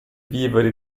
viveri